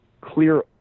clear